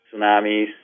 tsunamis